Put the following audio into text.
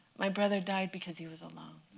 my brother died because he was alone.